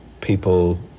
people